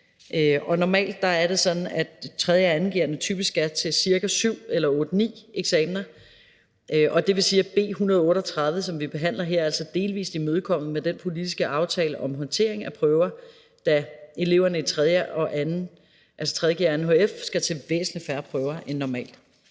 Normalt er det sådan, at 3. g'erne og 2. hf'erne typisk skal til cirka syv eller otte-ni eksaminer. Det vil sige, at B 138, som vi behandler her, altså delvis er imødekommet med den politiske aftale om håndtering af prøver, da eleverne i 3. g og 2. hf skal til væsentlig færre prøver end normalt.